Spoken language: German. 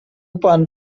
bahn